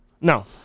No